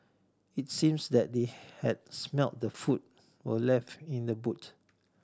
it seemed that they had smelt the food were left in the boot